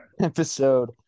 Episode